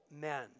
men